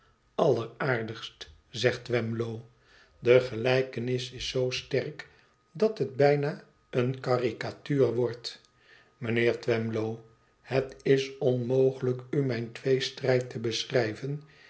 alleraardigst zegt twemlow de gelijkenis is zoo sterk dat het bijna een caricatuur wordt mijnheer twemlow het is onmogelijk u mijn tweestrijd te beschrijven